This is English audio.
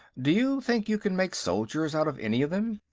do you think you can make soldiers out of any of them?